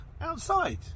outside